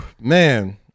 Man